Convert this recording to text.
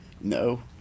no